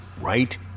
right